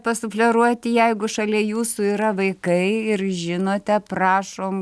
pasufleruoti jeigu šalia jūsų yra vaikai ir žinote prašom